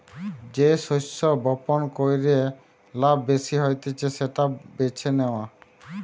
যে শস্য বপণ কইরে লাভ বেশি হতিছে সেটা বেছে নেওয়া